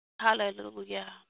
Hallelujah